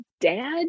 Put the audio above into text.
Dad